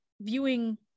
viewing